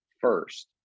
first